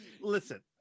listen